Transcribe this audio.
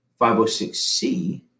506C